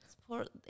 support